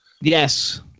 yes